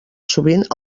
sovint